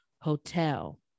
Hotel